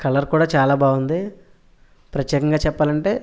colour కూడా చాలా బాగుంది ప్రత్యేకంగా చెప్పాలంటే